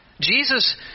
Jesus